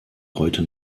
heute